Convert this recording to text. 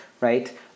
right